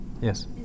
Yes